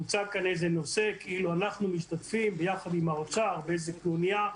הוצג כאן איזה נושא כאילו אנחנו משתתפים ביחד עם האוצר באיזו קנוניה.